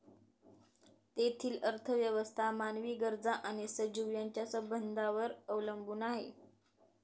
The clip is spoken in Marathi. तेथील अर्थव्यवस्था मानवी गरजा आणि सजीव यांच्या संबंधांवर अवलंबून आहे